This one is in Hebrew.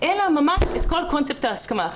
אלא ממש את כל קונספט ההסכמה.